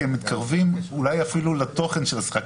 כי הם מתקרבים אולי אפילו לתוכן של השיחה,